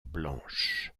blanche